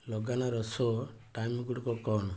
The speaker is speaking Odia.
ଲଗାନ୍ର ଶୋ ଟାଇମ୍ଗୁଡ଼ିକ କ'ଣ